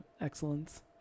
excellence